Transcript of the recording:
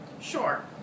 Sure